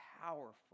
powerful